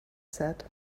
said